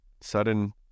Sudden